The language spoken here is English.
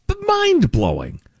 mind-blowing